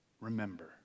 remember